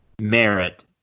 merit